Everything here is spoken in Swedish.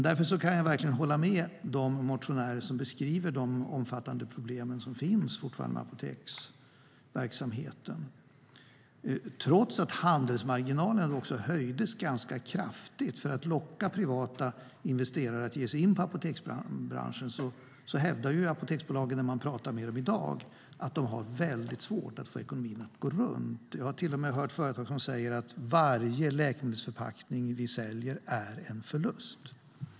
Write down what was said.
Jag kan därför verkligen hålla med de motionärer som beskriver de omfattande problem som finns med apoteksverksamheten. Trots att handelsmarginalen höjdes ganska kraftigt för att locka privata investerare att ge sig in i apoteksbranschen hävdar apoteksbolagen i dag att det är väldigt svårt att få ekonomin att gå runt. Det finns till och med företag som säger: Varje läkemedelsförpackning som vi säljer är en förlust.